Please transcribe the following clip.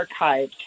archived